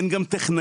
אין גם טכנאי,